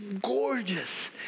gorgeous